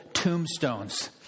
Tombstones